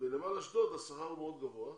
בנמל אשדוד השכר הוא מאוד גבוה,